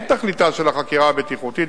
אין תכליתה של החקירה הבטיחותית,